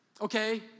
Okay